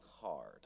hard